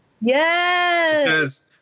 yes